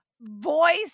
voice